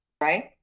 right